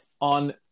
on